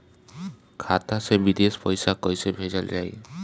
खाता से विदेश पैसा कैसे भेजल जाई?